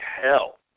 hell